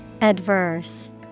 Adverse